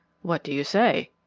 what do you say?